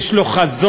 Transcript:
יש לו חזון,